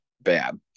bad